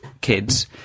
kids